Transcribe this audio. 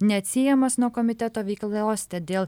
neatsiejamas nuo komiteto veiklos todėl